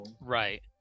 Right